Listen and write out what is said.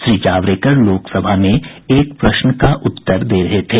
श्री जावडेकर लोकसभा में एक प्रश्न का उत्तर दे रहे थे